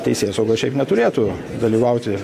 teisėsauga šiaip neturėtų dalyvauti